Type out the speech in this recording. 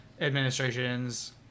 administration's